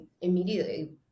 immediately